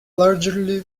largely